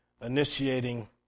initiating